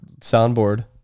soundboard